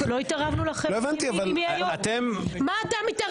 מה זה "מקוצר"?